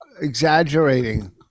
Exaggerating